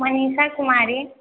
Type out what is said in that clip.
Manisha Kumari